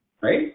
right